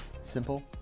simple